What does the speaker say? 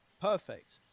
perfect